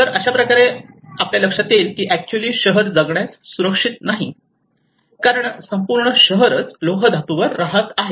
तर अशा प्रकारे आपण लक्षात येईल की ऍक्च्युली शहर जगण्यास सुरक्षित नाही कारण संपूर्ण शहर लोह धातूवर राहत आहे